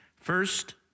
First